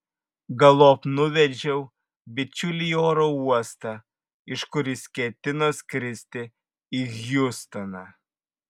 galop nuvežiau bičiulį į oro uostą iš kur jis ketino skristi į hjustoną